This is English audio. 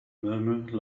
murmur